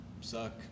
suck